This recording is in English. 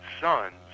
sons